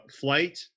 flight